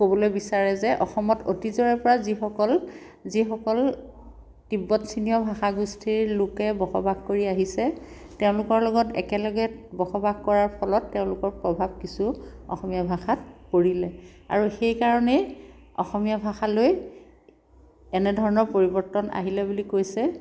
ক'বলৈ বিচাৰে যে অসমত অতীজৰে পৰা যিসকল যিসকল তিব্বত চীনীয় ভাষা গোষ্ঠীৰ লোকে বসবাস কৰি আহিছে তেওঁলোকৰ লগত একেলগে বসবাস কৰাৰ ফলত তেওঁলোকৰ প্ৰভাৱ কিছু অসমীয়া ভাষাত পৰিলে আৰু সেই কাৰণেই অসমীয়া ভাষালৈ এনে ধৰণৰ পৰিৱৰ্তন আহিলে বুলি কৈছে